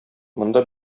монда